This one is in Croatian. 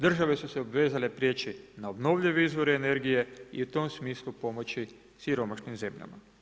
Države su se obvezale prijeći na obnovljivi izvor energije i u tom smislu pomoći siromašnim zemljama.